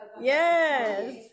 yes